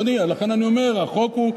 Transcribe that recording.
אדוני, לכן אני אומר, החוק הוא,